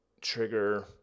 trigger